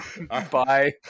Bye